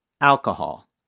alcohol